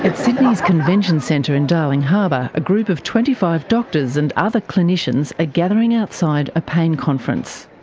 and sydney's convention centre in darling harbour a group of twenty five doctors and other clinicians are gathering outside a pain conference.